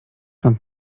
nad